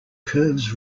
curves